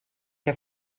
que